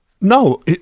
No